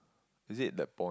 is it the point